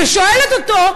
ושואלת אותו,